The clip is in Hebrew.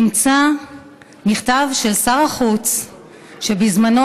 נמצא מכתב של שר החוץ בזמנו,